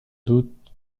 doute